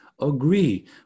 agree